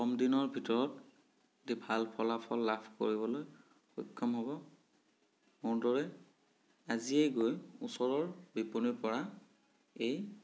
কম দিনৰ ভিতৰত অতি ভাল ফলাফল লাভ কৰিবলৈ সক্ষম হ'ব মোৰ দৰে আজিয়েই গৈ ওচৰৰ বিপণীৰ পৰা এই